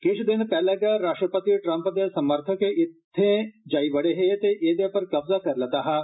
किश दिने पैहले गै राष्ट्रपति ट्रम्प दे समर्थक इत्थे जाई बड़े हे ते एदे पर कब्जा करी लैता हा